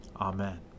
Amen